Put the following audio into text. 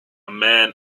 man